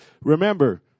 remember